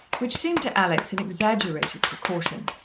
which seemed to alex an exaggerated precaution,